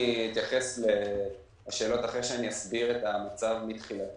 אני אתייחס לשאלות אחרי שאני אסביר את המצב מתחילתו.